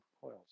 coils